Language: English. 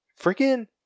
Freaking